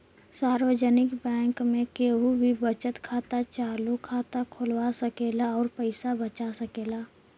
सार्वजनिक बैंक में केहू भी बचत खाता, चालु खाता खोलवा सकेला अउर पैसा बचा सकेला